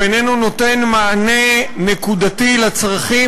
הוא איננו נותן מענה נקודתי לצרכים